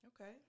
Okay